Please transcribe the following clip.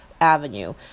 avenue